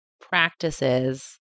practices